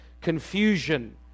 confusion